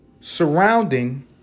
surrounding